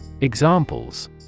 Examples